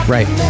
Right